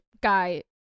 guy